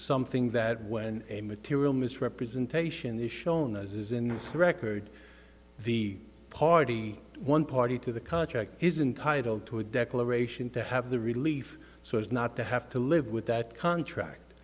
something that when a material misrepresentation this shona's is in the record the party one party to the contract isn't titled to a declaration to have the relief so as not to have to live with that contract